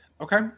Okay